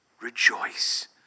Rejoice